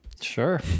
Sure